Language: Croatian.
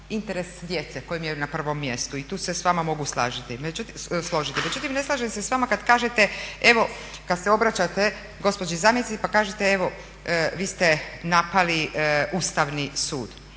interes djece koji je na prvom mjestu i tu se s vama mogu složiti. Međutim, ne slažem se s vama kada kažete evo, kada se obraćate gospođi zamjenici pa kažete evo vi ste napali Ustavni sud.